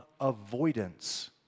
avoidance